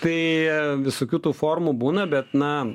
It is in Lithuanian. tai visokių tų formų būna bet na